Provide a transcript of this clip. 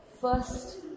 first